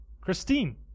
Christine